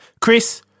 Chris